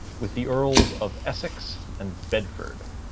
with the earls of essex and bedford.